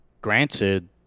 granted